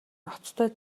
ноцтой